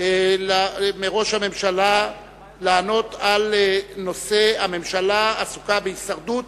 מראש הממשלה לענות על הנושא: הממשלה עסוקה בהישרדות